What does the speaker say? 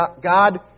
God